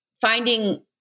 finding